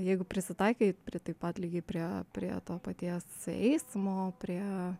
jeigu prisitaikai prie taip pat lygiai prie prie to paties eismo prie